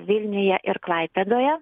vilniuje ir klaipėdoje